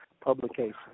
publication